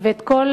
ואת כל